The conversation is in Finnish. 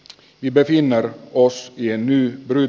tiibetiin ous jenny rolf